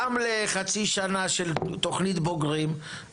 גם לחצי שנה של תוכנית בוגרים,